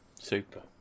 Super